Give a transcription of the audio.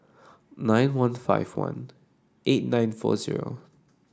nine one five one eight nine four zero